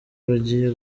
bagiye